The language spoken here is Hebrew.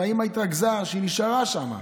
והאימא התרגזה שהיא נשארה שם,